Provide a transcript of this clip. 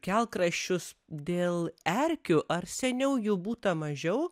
kelkraščius dėl erkių ar seniau jų būta mažiau